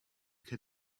could